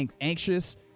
anxious